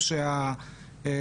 הגבלת גישה לטלפון,